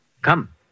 Come